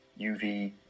UV